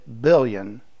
billion